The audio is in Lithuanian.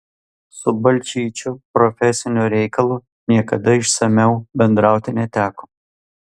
su balčyčiu profesiniu reikalu niekada išsamiau bendrauti neteko